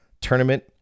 tournament